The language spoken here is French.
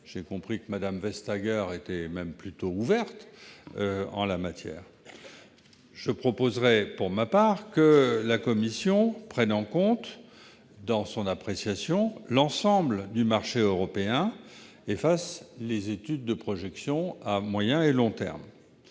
J'ai compris que Mme Vestager était plutôt ouverte sur le sujet. Je proposerai pour ma part que la Commission prenne en compte dans son appréciation l'ensemble du marché européen et réalise ses études et projections à moyen et long terme.